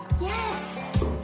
Yes